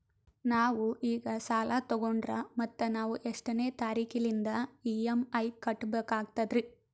ನಾವು ಈಗ ಸಾಲ ತೊಗೊಂಡ್ರ ಮತ್ತ ನಾವು ಎಷ್ಟನೆ ತಾರೀಖಿಲಿಂದ ಇ.ಎಂ.ಐ ಕಟ್ಬಕಾಗ್ತದ್ರೀ?